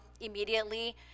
immediately